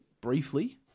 Briefly